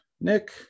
Nick